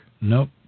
Nope